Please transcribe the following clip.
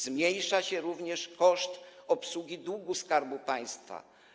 Zmniejsza się również koszt obsługi długu Skarbu Państwa.